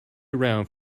around